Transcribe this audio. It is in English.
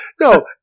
no